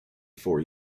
four